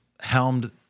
helmed